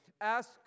Ask